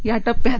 या टप्प्यात